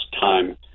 time